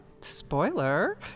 Spoiler